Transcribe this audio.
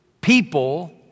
people